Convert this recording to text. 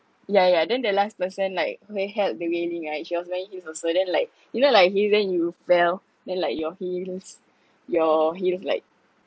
yeah yeah then the last person like who held the railing right she was wearing heels also then like you know like heels then you fell then like your heels your heels like